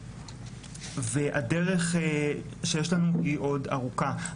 הדרך שיש לנו היא עוד ארוכה.